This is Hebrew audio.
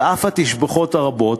על אף התשבחות הרבות,